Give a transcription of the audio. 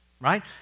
right